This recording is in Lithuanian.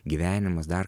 gyvenimas dar